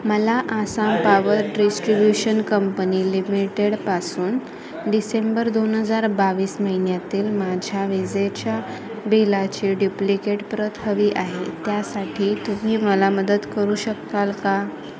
मला Assam power distribution company लिमिटेडपासून December दोन हजार बावीस महिन्यातील माझ्या विजेच्या बिलाची ड्युप्लिकेट प्रत हवी आहे त्यासाठी तुम्ही मला मदत करू शकाल का